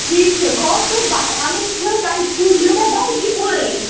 ٹھیٖک چھُ گوٚو تہٕ بَتہٕ اَنُن چھُ تۄہہِ تُہۍ دِیو مےٚ بَتہٕ تہِ اورٕے